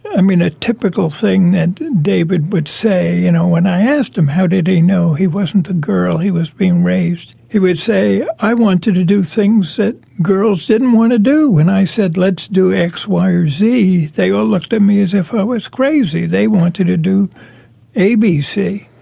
i mean a typical thing and david would say you know when i asked him how did he know he wasn't the girl he was being raised, he would say, i wanted to do things that girls didn't want to do. when i said let's do x, y or z, they all looked at me as if i was crazy. they wanted to do a, b, c,